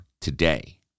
today